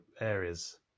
areas